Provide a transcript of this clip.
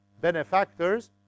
benefactors